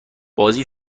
بازی